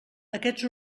aquests